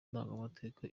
ndangamateka